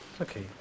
Okay